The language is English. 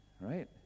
right